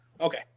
okay